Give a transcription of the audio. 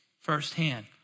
firsthand